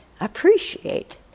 appreciate